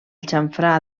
xamfrà